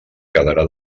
quedarà